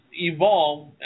evolve